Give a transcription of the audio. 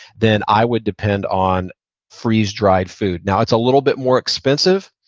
then i would depend on freeze-dried food. now it's a little bit more expensive,